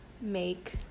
make